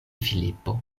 filipo